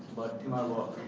but to my work,